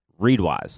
ReadWise